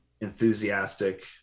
enthusiastic